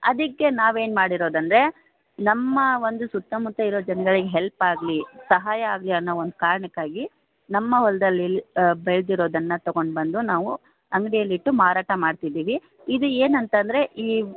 ಅದಕ್ಕೆ ನಾವು ಏನು ಮಾಡಿರೋದಂದರೆ ನಮ್ಮ ಒಂದು ಸುತ್ತಮುತ್ತ ಇರೋ ಜನ್ಗಳಿಗೆ ಹೆಲ್ಪ್ ಆಗಲಿ ಸಹಾಯ ಆಗಲಿ ಅನ್ನೋ ಒಂದು ಕಾರಣಕ್ಕಾಗಿ ನಮ್ಮ ಹೊಲದಲ್ಲಿ ಬೆಳೆದಿರೋದನ್ನ ತೊಗೊಂಡು ಬಂದು ನಾವು ಅಂಗ್ಡಿಯಲ್ಲಿ ಇಟ್ಟು ಮಾರಾಟ ಮಾಡ್ತಿದ್ದೀವಿ ಇದು ಏನಂತಂದರೆ ಈ